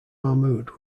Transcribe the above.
mahmud